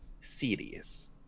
serious